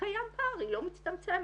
קיים פער, היא לא מצטמצמת.